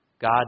God